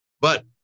but-